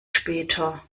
später